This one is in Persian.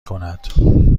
کند